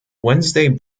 wednesday